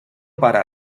para